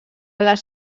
les